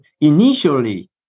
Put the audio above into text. initially